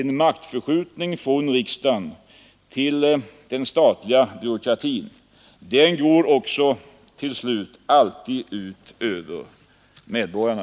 En maktförskjutning från riksdagen till den statliga byråkratin går alltid ut över medborgarna.